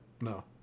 No